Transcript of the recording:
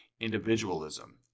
individualism